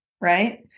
right